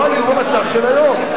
לא היו במצב של היום?